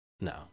No